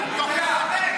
אתה צוחק ואנשים בוכים.